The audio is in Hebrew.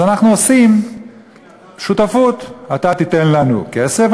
אז אנחנו עושים שותפות: אתה תיתן לנו כסף,